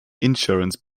insurance